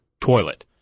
toilet